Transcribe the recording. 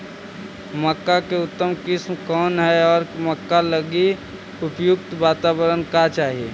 मक्का की उतम किस्म कौन है और मक्का लागि उपयुक्त बाताबरण का चाही?